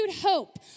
hope